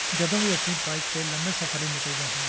ਜਦੋਂ ਵੀ ਅਸੀਂ ਬਾਈਕ 'ਤੇ ਲੰਬੇ ਸਫ਼ਰ ਲਈ ਨਿਕਲਦੇ ਹਾਂ